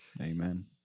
Amen